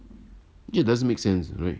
it doesn't make sense right